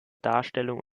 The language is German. darstellung